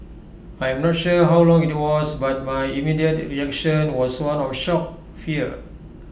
I am not sure how long IT was but my immediate reaction was one of shock fear